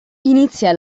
inizia